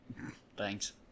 Thanks